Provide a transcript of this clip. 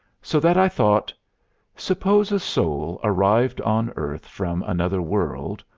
so that i thought suppose a soul, arrived on earth from another world,